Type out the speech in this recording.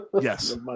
Yes